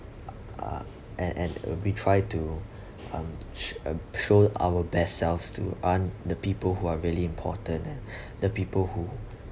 uh and and we try to um sh~ um show our best selves to on the people who are really important and the people who